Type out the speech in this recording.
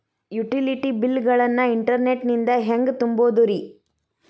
Utility bill ಗಳನ್ನ internet ನಿಂದ ಹೆಂಗ್ ತುಂಬೋದುರಿ?